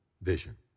vision